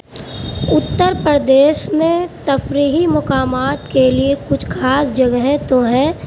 اتر پردیش میں تفریحی مقامات کے لیے کچھ خاص جگہیں تو ہیں